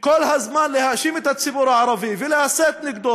כל הזמן להאשים את הציבור הערבי ולהסית נגדו?